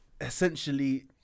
essentially